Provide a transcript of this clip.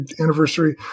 anniversary